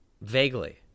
Vaguely